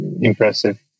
impressive